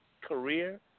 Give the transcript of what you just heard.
career